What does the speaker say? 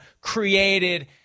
created